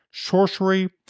sorcery